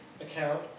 account